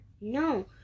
No